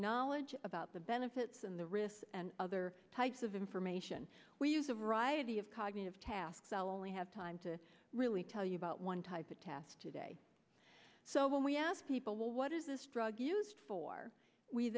knowledge about the benefits and the risks and other types of information we use a variety of cognitive tasks i'll only have time to really tell you about one type of task today so when we ask people what is this drug used for we